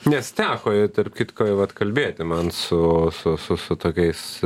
nes teko tarp kitko vat kalbėti man su su su su tokiais